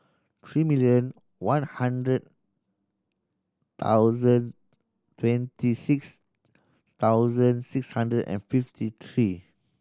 three million one hundred thousand twenty six thousand six hundred and fifty three